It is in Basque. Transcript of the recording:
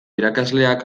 irakasleak